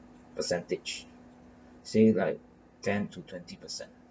percentage say like ten to twenty percent